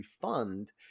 fund